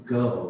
go